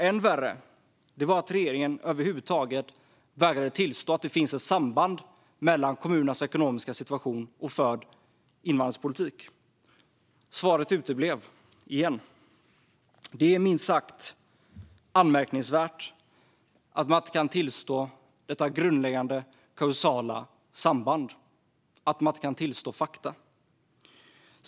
Än värre var att regeringen vägrade att över huvud taget tillstå att det finns ett samband mellan kommunernas ekonomiska situation och förd invandringspolitik. Svaret uteblev, igen. Det är minst sagt anmärkningsvärt att man inte kan tillstå detta grundläggande kausala samband, att man inte kan tillstå fakta.